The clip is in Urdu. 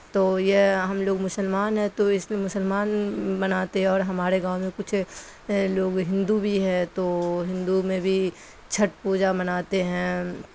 تو یہ ہم لوگ مسلمان ہیں تو اس لیے مسلمان مناتے ہیں اور ہمارے گاؤں میں کچھ لوگ ہندو بھی ہیں تو ہندو میں بھی چھٹ پوجا مناتے ہیں